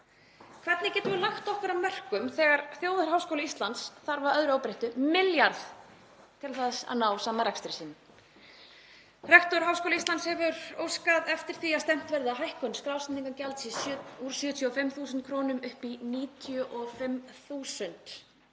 Hvernig getum við lagt okkar af mörkum þegar þjóðarháskóli Íslands þarf að öðru óbreyttu milljarð til þess að ná saman rekstri sínum? Rektor Háskóla Íslands hefur óskað eftir því að stefnt verði að hækkun skrásetningargjaldsins úr 75.000 kr. upp í 95.000.